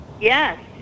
Yes